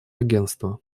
агентства